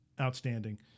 outstanding